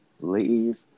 leave